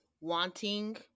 wanting